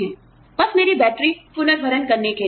आपको पता है बस मेरी बैटरी पुनर्भरण के लिए